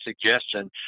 suggestion